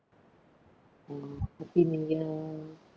uh happy new year